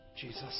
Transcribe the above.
Jesus